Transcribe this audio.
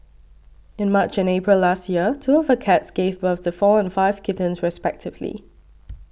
in March and April last year two of her cats gave birth to four and five kittens respectively